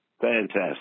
Fantastic